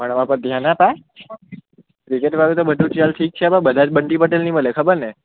ભણવા પર ધ્યાન અપાય રિઝલ્ટ આવે તો બધું ચાલસી બધા જ બંટી પટેલ ની મલે ખબર ને